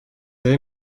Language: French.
avez